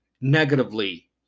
negatively